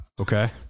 okay